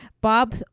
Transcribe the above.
bob